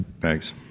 Thanks